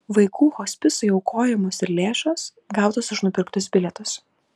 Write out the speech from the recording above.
vaikų hospisui aukojamos ir lėšos gautos už nupirktus bilietus